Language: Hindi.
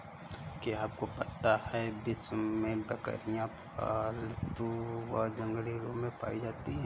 क्या आपको पता है विश्व में बकरियाँ पालतू व जंगली रूप में पाई जाती हैं?